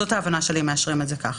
זאת ההבנה שלי אם מאשרים את זה ככה.